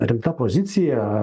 rimta pozicija